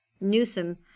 Newsom